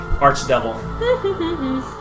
archdevil